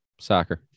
Soccer